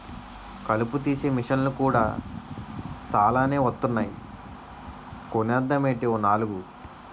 కలుపు తీసే మిసన్లు కూడా సాలానే వొత్తన్నాయ్ కొనేద్దామేటీ ఓ నాలుగు?